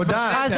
תודה, הרב פרוש.